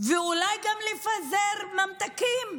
ואולי גם לפזר ממתקים,